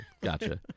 gotcha